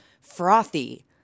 frothy